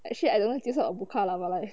actually I don't know 就算 ah boca but like